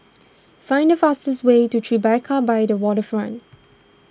find the fastest way to Tribeca by the Waterfront